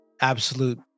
absolute